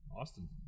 Austin